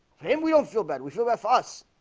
then we don't feel bad. we should have a fuss.